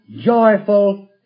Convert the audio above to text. joyful